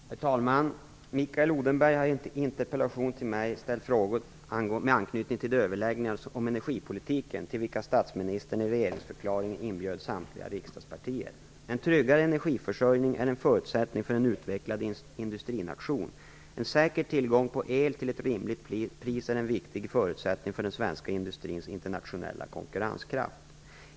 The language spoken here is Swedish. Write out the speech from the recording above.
Herr talman! Mikael Odenberg har i en interpellation ställt frågor till mig med anknytning till de överläggningar om energipolitiken till vilka statsministern i regeringsförklaringen inbjöd samtliga riksdagspartier. En tryggad energiförsörjning är en förutsättning för en utvecklad industrination. En säker tillgång på el till ett rimligt pris är en viktig förutsättning för den svenska industrins internationella konkurrenskraft.